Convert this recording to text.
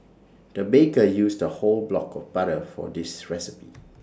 the baker used A whole block of butter for this recipe